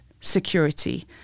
security